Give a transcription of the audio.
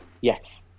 Yes